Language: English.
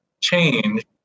change